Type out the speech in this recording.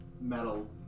metal